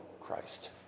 Christ